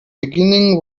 beginning